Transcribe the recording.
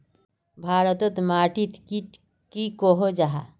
भारत तोत माटित टिक की कोहो जाहा?